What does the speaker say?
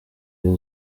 iyo